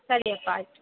ಸರಿಯಪ್ಪ ಆಯ್ತು